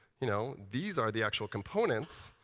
you know these are the actual components,